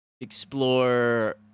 explore